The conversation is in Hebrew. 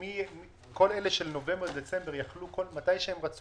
כל אלה של נובמבר-דצמבר יכלו מתי שהם רצו